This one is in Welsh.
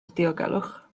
ddiogelwch